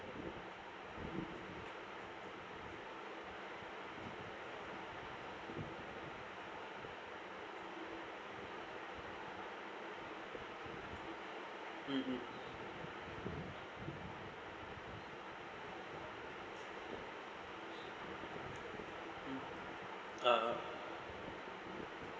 mm mm ah ah